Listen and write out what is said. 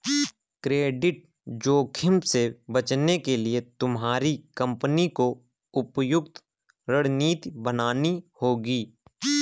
credit जोखिम से बचने के लिए तुम्हारी कंपनी को उपयुक्त रणनीति बनानी होगी